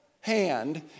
hand